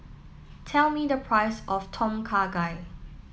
tell me the price of Tom Kha Gai